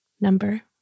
Number